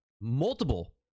Multiple